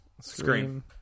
Scream